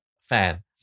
fan